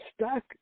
stuck